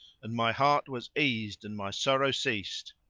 and my heart was eased and my sorrow ceased.